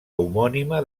homònima